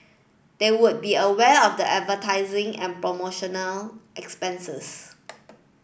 they would be aware of the advertising and promotional expenses